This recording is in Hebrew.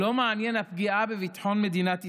לא מעניינת הפגיעה בביטחון מדינת ישראל.